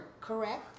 Correct